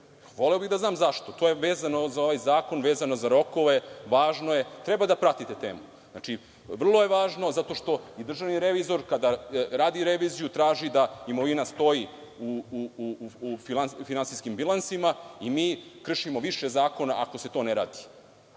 voleo bih da znam zašto? To je vezano za ovaj zakon, vezano za rokove, važno je treba da pratite temu. Znači, vrlo je važno zato što i državni revizor kada radi reviziju, traži da imovina stoji u finansijskim bilansima i mi kršimo više zakona ako se to ne radi.